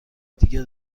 دیگه